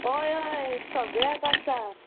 हय हय सगळ्याक आसा